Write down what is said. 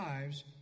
lives